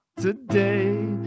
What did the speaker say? today